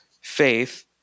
faith